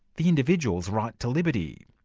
the individual's right to liberty.